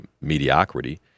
mediocrity